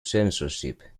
censorship